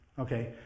okay